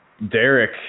Derek